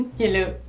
hello.